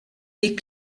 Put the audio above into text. des